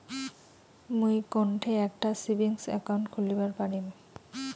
মুই কোনঠে একটা সেভিংস অ্যাকাউন্ট খুলিবার পারিম?